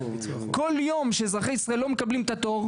כל יום שאזרחי ישראל לא מקבלים את התור,